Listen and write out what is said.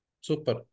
Super